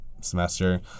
semester